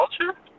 culture